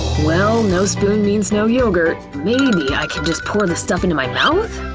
well, no spoon means no yogurt. maybe i can just pour the stuff into my mouth?